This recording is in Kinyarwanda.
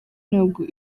ntabwo